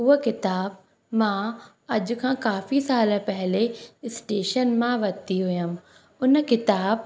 उहा किताबु मां अॼु खां काफ़ी साल पहिले स्टेशन मां वती हुयमि उन किताबु